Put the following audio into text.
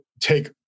take